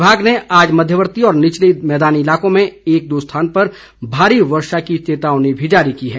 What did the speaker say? विभाग ने आज मध्यवर्ती और निचले मैदानी इलाकों में एक दो स्थानों पर भारी वर्षा की चेतावनी भी जारी की है